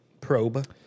Probe